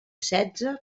setze